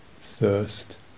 thirst